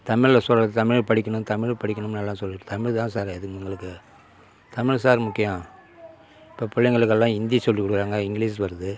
தமிழில் சொல்கிறது தமிழ் படிக்கணும் தமிழ் படிக்கணும்னு எல்லாம் சொல்லிட்டு தமிழ் தான் சார் எதுவும் எங்களுக்கு தமிழ் சார் முக்கியம் இப்போ பிள்ளைங்களுக்கெல்லாம் ஹிந்தி சொல்லி கொடுக்கறாங்க இங்கிலீஷ் வருது